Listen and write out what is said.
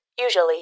usually